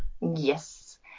Yes